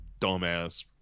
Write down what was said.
dumbass